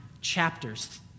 chapters